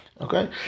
Okay